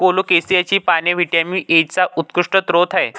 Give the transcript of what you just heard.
कोलोकेसियाची पाने व्हिटॅमिन एचा उत्कृष्ट स्रोत आहेत